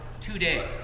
today